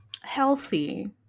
healthy